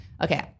Okay